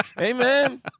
amen